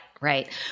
Right